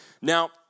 Now